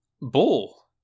bull